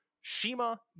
shima